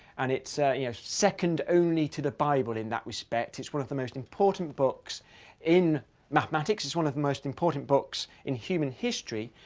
and it's yeah second only to the bible in that respect. it's one of the most important books in mathematics. it's one of the most important books in human history.